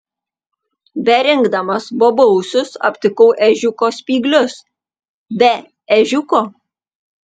berinkdamas bobausius aptikau ežiuko spyglius be ežiuko